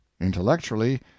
Intellectually